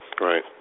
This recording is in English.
Right